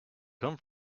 come